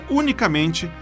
unicamente